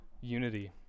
unity